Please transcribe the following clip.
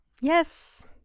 Yes